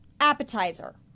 appetizer